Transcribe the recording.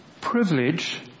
privilege